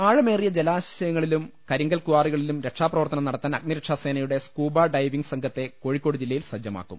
ആഴമേറിയ ജലാശങ്ങളിലും കരിങ്കൽക്വാറികളിലും രക്ഷാപ്രവർത്തനം നടത്താൻ അഗ്നിരക്ഷാ സേനയുടെ സ്കൂബ ഡൈവിംഗ് സംഘത്തെ കോഴിക്കോട് ജില്ലയിൽ സജ്ജമാക്കും